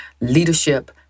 leadership